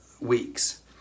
weeks